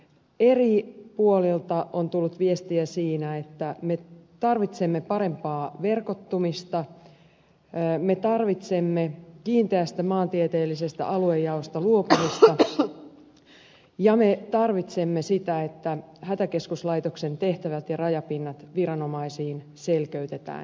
eri puolilta on tullut viestiä siitä että me tarvitsemme parempaa verkottumista me tarvitsemme kiinteästä maantieteellisestä aluejaosta luopumista ja me tarvitsemme sitä että hätäkeskuslaitoksen tehtävät ja rajapinnat viranomaisiin selkeytetään